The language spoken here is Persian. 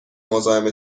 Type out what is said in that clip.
مزاحم